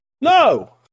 No